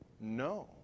No